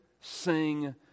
sing